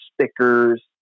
stickers